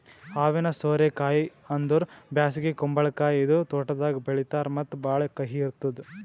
ಹಾವಿನ ಸೋರೆ ಕಾಯಿ ಅಂದುರ್ ಬ್ಯಾಸಗಿ ಕುಂಬಳಕಾಯಿ ಇದು ತೋಟದಾಗ್ ಬೆಳೀತಾರ್ ಮತ್ತ ಭಾಳ ಕಹಿ ಇರ್ತುದ್